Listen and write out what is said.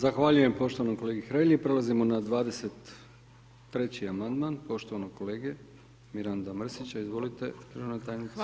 Zahvaljujem poštovanom kolegi Hrelji, prelazimo na 23. amandman, poštovanog kolege Miranda Mrsića, izvolite državna tajnice.